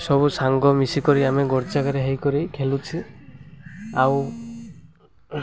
ସବୁ ସାଙ୍ଗ ମିଶିକରି ଆମେ ଗୋଟେ ଜାଗାରେ ହେଇକରି ଖେଳୁଛୁ ଆଉ